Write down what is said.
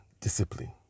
discipline